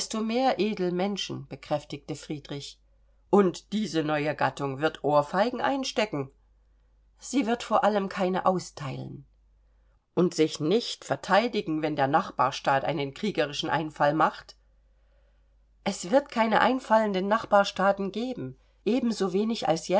mehr edelmenschen bekräftigte friedrich und diese neue gattung wird ohrfeigen einstecken sie wird vor allem keine austeilen und sich nicht verteidigen wenn der nachbarstaat einen kriegerischen einfall macht es wird keine einfallenden nachbarstaaten geben ebensowenig als